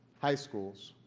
high schools,